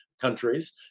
countries